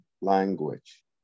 language